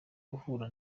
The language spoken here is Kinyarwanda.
guhura